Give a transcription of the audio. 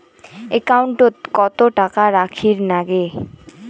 একাউন্টত কত টাকা রাখীর নাগে?